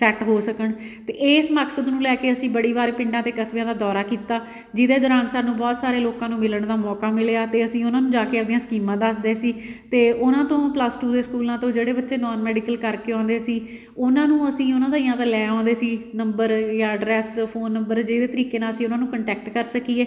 set ਹੋ ਸਕਣ ਅਤੇ ਇਸ ਮਕਸਦ ਨੂੰ ਲੈ ਕੇ ਅਸੀਂ ਬੜੀ ਵਾਰ ਪਿੰਡਾਂ ਅਤੇ ਕਸਬਿਆਂ ਦਾ ਦੌਰਾ ਕੀਤਾ ਜਿਹਦੇ ਦੌਰਾਨ ਸਾਨੂੰ ਬਹੁਤ ਸਾਰੇ ਲੋਕਾਂ ਨੂੰ ਮਿਲਣ ਦਾ ਮੌਕਾ ਮਿਲਿਆ ਅਤੇ ਅਸੀਂ ਉਹਨਾਂ ਨੂੰ ਜਾ ਕੇ ਆਪਣੀਆਂ ਸਕੀਮਾਂ ਦੱਸਦੇ ਸੀ ਅਤੇ ਉਹਨਾਂ ਤੋਂ ਪਲੱਸ ਟੂ ਦੇ ਸਕੂਲਾਂ ਤੋਂ ਜਿਹੜੇ ਬੱਚੇ ਨੋਨ ਮੈਡੀਕਲ ਕਰਕੇ ਆਉਂਦੇ ਸੀ ਉਹਨਾਂ ਨੂੰ ਅਸੀਂ ਉਹਨਾਂ ਦਾ ਜਾਂ ਤਾਂ ਲੈ ਆਉਂਦੇ ਸੀ ਨੰਬਰ ਜਾਂ ਐਡਰੈੱਸ ਫੋਨ ਨੰਬਰ ਜਿਹਦੇ ਤਰੀਕੇ ਨਾਲ ਅਸੀਂ ਉਹਨਾਂ ਨੂੰ ਕੰਟੈਕਟ ਕਰ ਸਕੀਏ